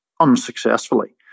unsuccessfully